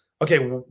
Okay